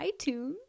iTunes